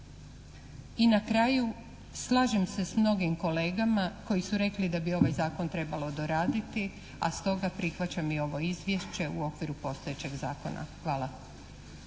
I na kraju slažem se s mnogim kolegama koji su rekli da bi ovaj Zakon trebalo doraditi, a stoga prihvaćam i ovo Izvješće u okviru postojećeg zakona. Hvala.